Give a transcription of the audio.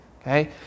okay